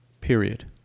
Period